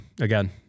again